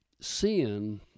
sin